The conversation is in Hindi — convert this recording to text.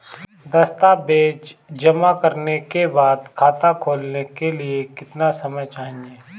दस्तावेज़ जमा करने के बाद खाता खोलने के लिए कितना समय चाहिए?